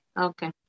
okay